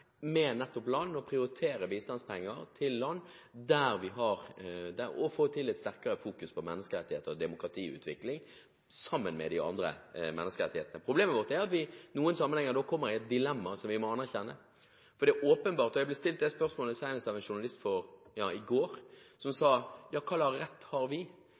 med land – og prioritere bistandspenger til land – der vi kan få til et sterkere fokus på menneskerettigheter og demokratiutvikling sammen med de andre menneskerettighetene. Problemet vårt er at vi i noen sammenhenger da kommer i et dilemma som vi må anerkjenne. Det er åpenbart, og senest i går ble jeg stilt det spørsmålet av en journalist: Hvilken rett har vi til å si at fattige mennesker i land med diktaturer har mindre rett